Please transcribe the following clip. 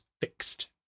fixed